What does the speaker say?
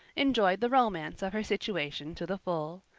enjoyed the romance of her situation to the full.